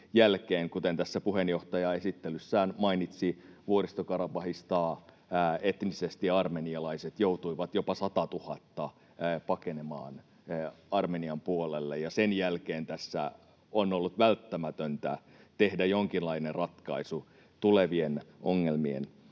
tässä puheenjohtaja jo esittelyssään mainitsi — kun Vuoristo-Karabahista jopa 100 000 etnisesti armenialaista joutui pakenemaan Armenian puolelle. Sen jälkeen tässä on ollut välttämätöntä tehdä jonkinlainen ratkaisu tulevien ongelmien